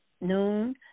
noon